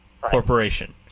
corporation